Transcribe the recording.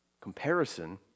Comparison